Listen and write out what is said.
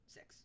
Six